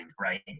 right